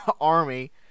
army